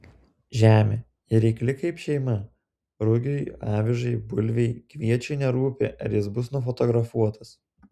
žemė ji reikli kaip šeima rugiui avižai bulvei kviečiui nerūpi ar jis bus nufotografuotas